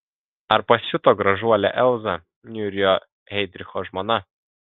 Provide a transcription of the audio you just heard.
ar pasiuto gražuolė elza niūriojo heidricho žmona